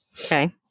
Okay